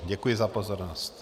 Děkuji za pozornost.